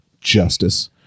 Justice